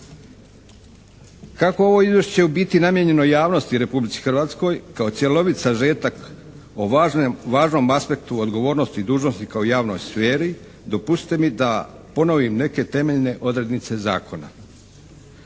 Kako je ovo izvješće u biti namijenjeno javnosti u Republici Hrvatskoj kao cjelovit sažetak o važnom aspektu odgovornosti dužnosnika u javnoj sferi dopustite mi da ponovim neke temeljne odrednice zakona.